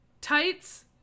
Tights